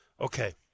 okay